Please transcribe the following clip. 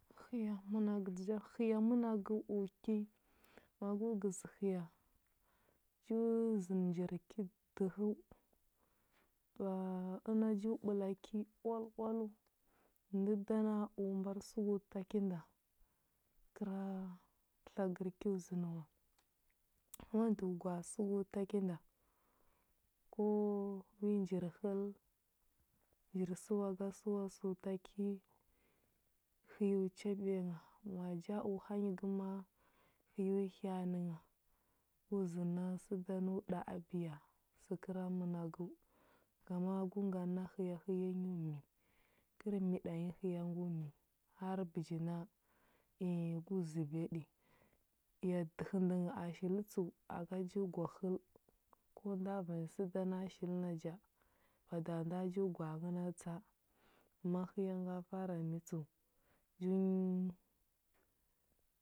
Həya mənagə ja həya mənagə o ki. Ma go gəzə həya, ju zənə njir ki dəhəu, ka- əna ju ɓəla ki oal oaləu. Ndə da na o mbar səgo ta ki nda kəra tlagər ki o zənə wa. Ma ndo gwa a səgo ta ki nda, ko wi njir həl, njir səgwa ga səwa səo ta ki, həya o chabiya ngha. Ma ja o hanyi gə ma a, həya o hya anə ngha. Go zənə na sə da o ɗa a biya, sə kəra mənagəu. Ngama go ngaɗə a həya həya u mmi. Kər mi ɗanyi həya go mi, har bəji na ee gu zəbiya ɗi. Ya dəhə ndə gə a shili tsəu, aga ju gwa həl, ko nda vanyi səda nda a shili na ja, bada nda ju gwa a nghə na tsa. Ma həya nga fara mi tsəu, ju-